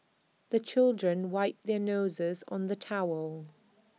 the children wipe their noses on the towel